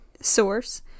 source